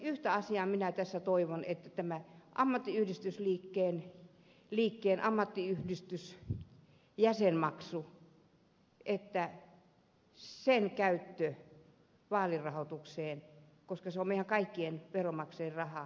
yhtä asiaa minä tässä toivon eli että tämä ammattiyhdistysliikkeen ammattiyhdistysjäsenmaksun käyttö vaalirahoitukseen koska se on meidän kaikkien veronmaksajien rahaa jotenkin estettäisiin